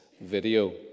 video